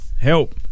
Help